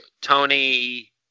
Tony